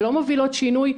שלא מובילות שינוי,